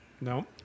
no